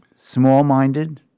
small-minded